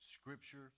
scripture